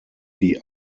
die